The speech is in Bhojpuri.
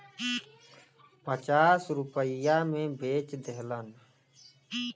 पचास रुपइया मे बेच देहलन